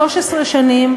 13 שנים,